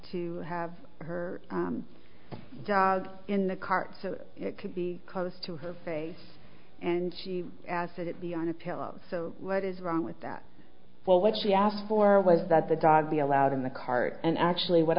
to have her dog in the cart so it could be close to her face and she asked that it be on a pillow so what is wrong with that well what she asked for was that the dog be allowed in the cart and actually what